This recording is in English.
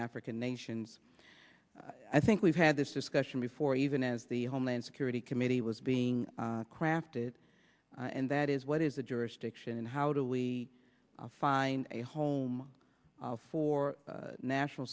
african nations i think we've had this discussion before even as the homeland security committee was being crafted and that is what is the jurisdiction and how do we find a home for national